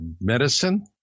medicine